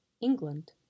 England